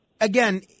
again